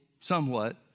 somewhat